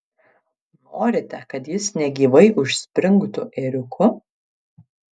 norite kad jis negyvai užspringtų ėriuku